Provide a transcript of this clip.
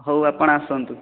ହଉ ଆପଣ ଆସନ୍ତୁ